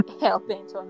helping